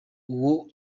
uwo